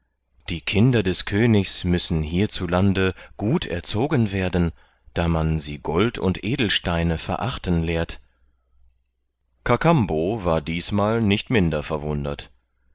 die kinder des königs müssen hier zu lande gut erzogen werden da man sie gold und edelsteine verachten lehrt kakambo war diesmal nicht minder verwundert